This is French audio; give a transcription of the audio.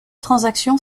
transaction